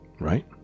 right